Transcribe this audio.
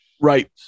Right